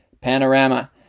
panorama